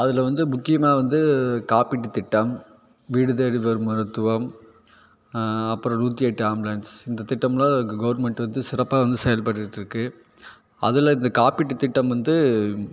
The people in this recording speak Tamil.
அதில் வந்து முக்கியமாக வந்து காப்பீட்டுத் திட்டம் வீடு தேடி தரும் மருத்துவம் அப்புறம் நூற்றி எட்டு ஆம்புலன்ஸ் இந்த திட்டமெலாம் கவுர்மெண்ட் வந்து சிறப்பாக வந்து செயல்பட்டுகிட்ருக்கு அதில் இந்த காப்பீட்டுத் திட்டம் வந்து